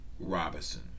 Robinson